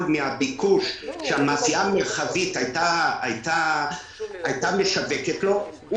מהביקוש שהמאפייה המרחבית הייתה משווקת לו,